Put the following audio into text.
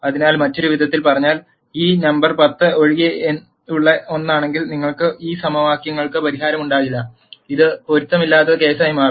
അതിനാൽ മറ്റൊരു വിധത്തിൽ പറഞ്ഞാൽ ഈ നമ്പർ 10 ഒഴികെയുള്ള ഒന്നാണെങ്കിൽ നിങ്ങൾക്ക് ഈ സമവാക്യങ്ങൾക്ക് പരിഹാരമുണ്ടാകില്ല ഇത് പൊരുത്തമില്ലാത്ത കേസായി മാറും